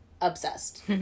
obsessed